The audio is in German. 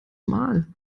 mal